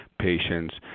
Patients